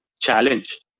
challenge